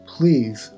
Please